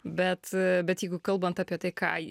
bet bet jeigu kalbant apie tai ką